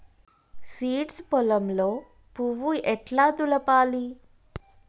Seeds పొలంలో పువ్వు ఎట్లా దులపాలి?